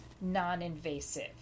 non-invasive